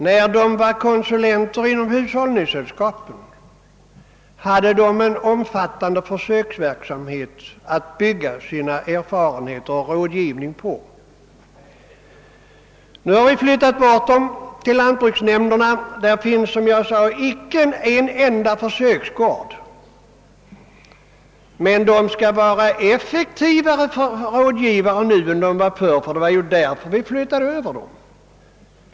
När de var anställda inom hushållningssällskapen hade de en omfattande försöksverksamhet att bygga sina erfarenheter och sin rådgivning på. Då de nu sorterar under lantbruksnämnderna har de, som jag tidigare sagt, icke en enda försöksgård till sitt förfogande. De skall emellertid vara effektivare rådgivare nu än förr — det var därför vi flyttade över dem.